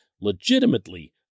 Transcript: legitimately